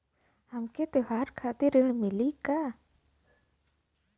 हमके त्योहार खातिर ऋण मिली का?